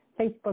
facebook